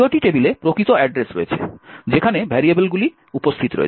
GOT টেবিলে প্রকৃত address রয়েছে যেখানে ভেরিয়েবলগুলি উপস্থিত রয়েছে